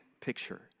picture